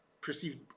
perceived